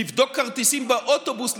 לבדוק כרטיסים באוטובוס,